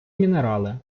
мінерали